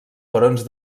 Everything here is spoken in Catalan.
barons